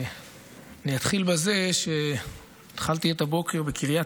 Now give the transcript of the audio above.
אז נתחיל בזה שהתחלתי את הבוקר בקריית